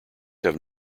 have